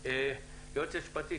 היועצת המשפטית,